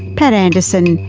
pat anderson,